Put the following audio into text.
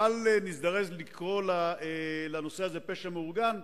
בל נזדרז לקרוא לנושא הזה פשע מאורגן,